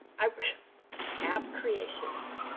i. app creations.